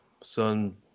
son